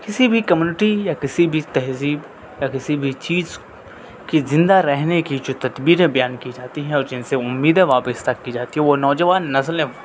کسی بھی کمیونٹی یا کسی بھی تہذیب یا کسی بھی چیز کے زندہ رہنے کی جو تدبیریں بیان کی جاتی ہیں اور جن سے امیدیں وابستہ کی جاتی ہیں وہ نوجوان نسل ہیں